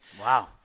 Wow